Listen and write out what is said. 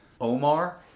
Omar